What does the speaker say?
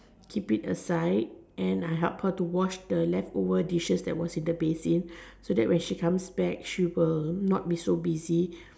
keep it aside and I help her to wash the leftover dishes that was in the basin so that when she comes back she will not be so busy